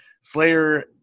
Slayer